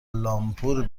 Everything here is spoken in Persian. لامپور